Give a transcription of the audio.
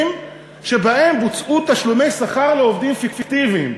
שבהם בוצעו תשלומי שכר לעובדים פיקטיביים".